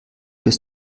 bis